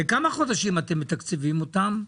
לכמה חודשים אתם מתקצבים אותם?